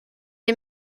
est